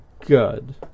good